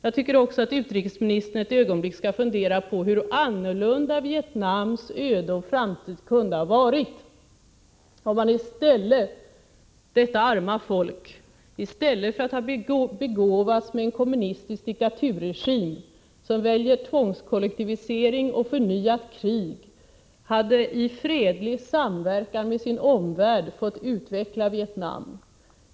Jag tycker att utrikesministern ett ögonblick skall fundera på hur annorlunda Vietnams öde och framtid kunde ha varit, om detta arma folk i stället för att ha begåvats med en kommunistisk diktaturregim som väljer tvångskollektivisering och förnyat krig hade i fredlig samverkan med sin omvärld fått utveckla sitt land.